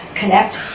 connect